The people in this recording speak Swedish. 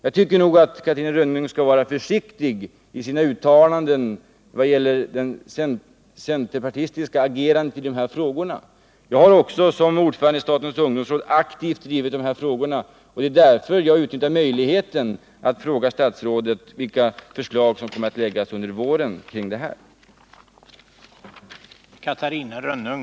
Jag tycker att Catarina Rönnung skall vara försiktig i sina uttalanden om det centerpartistiska agerandet i de här frågorna. Jag har också som ordförande i statens ungdomsråd aktivt drivit dessa frågor. Det är därför jag utnyttjar möjligheten att nu fråga statsrådet vilka förslag som kommer att framläggas under våren på detta område.